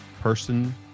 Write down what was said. person